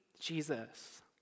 Jesus